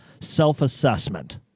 self-assessment